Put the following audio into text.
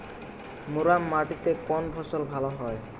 মুরাম মাটিতে কোন ফসল ভালো হয়?